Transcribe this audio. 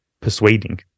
persuading